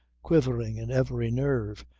quivering in every nerve,